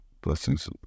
blessings